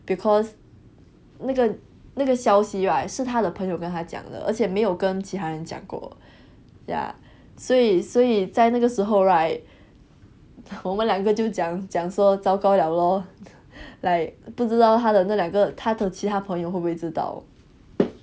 because 那个那个消息 right 是他的朋友跟他讲的而且没有跟其他人讲过 ya 所以在那个时候 right 我们两个就讲讲说糟糕了 lor like 不知道她的那两个他的其他朋友会不会知道